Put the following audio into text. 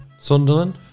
Sunderland